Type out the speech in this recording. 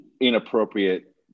inappropriate